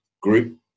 group